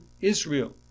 Israel